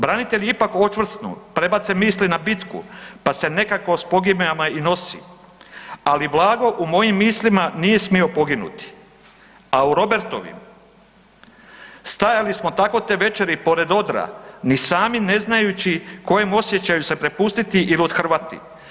Branitelji ipak očvrsnu, prebace misli na bitku, pa se nekako s pogibijama i nose, ali Blago u mojim mislima nije smio poginuti, a u Robertovim, stajali smo tako te večeri pored odra ni sami ne znajući kojem osjećaju se prepustiti il othrvati.